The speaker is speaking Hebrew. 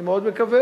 אני מאוד מקווה.